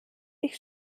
ich